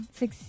six